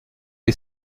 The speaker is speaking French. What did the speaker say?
est